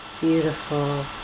Beautiful